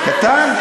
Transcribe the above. קטן?